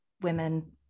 women